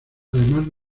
además